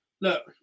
Look